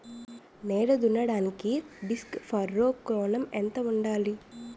నేల దున్నడానికి disc furrow కోణం ఎంత ఉండాలి?